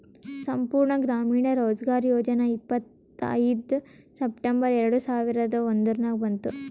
ಸಂಪೂರ್ಣ ಗ್ರಾಮೀಣ ರೋಜ್ಗಾರ್ ಯೋಜನಾ ಇಪ್ಪತ್ಐಯ್ದ ಸೆಪ್ಟೆಂಬರ್ ಎರೆಡ ಸಾವಿರದ ಒಂದುರ್ನಾಗ ಬಂತು